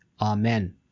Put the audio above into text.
Amen